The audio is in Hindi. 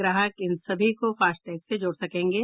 ग्राहक इन सभी को फास्टैग से जोड़ सकेंगे